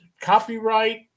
copyright